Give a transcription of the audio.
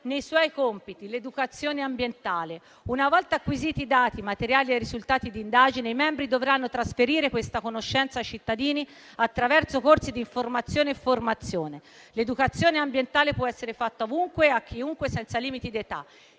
nei suoi compiti, è l'educazione ambientale. Una volta acquisiti i dati materiali e i risultati d'indagine, i membri dovranno trasferire questa conoscenza ai cittadini attraverso corsi di informazione e formazione. L'educazione ambientale può essere fatta ovunque e a chiunque senza limiti di età.